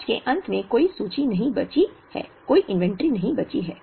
वर्ष के अंत में कोई सूची नहीं बची है